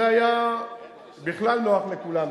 זה היה בכלל נוח לכולם,